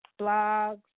blogs